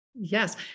Yes